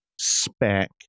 spec